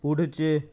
पुढचे